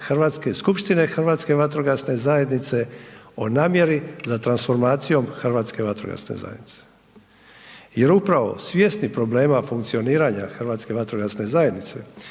određenje Skupštine Hrvatske vatrogasne zajednice o namjeri za transformacijom Hrvatske vatrogasne zajednice. Jer upravo svjesni problema funkcioniranja Hrvatske vatrogasne zajednice